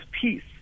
peace